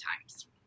times